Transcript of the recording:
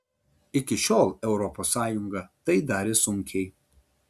iki šiol europos sąjunga tai darė sunkiai